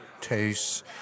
tastes